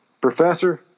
Professor